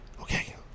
okay